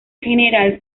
general